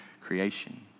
creation